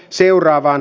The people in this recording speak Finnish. seuraavan